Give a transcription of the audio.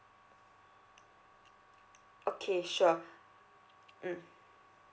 okay sure mm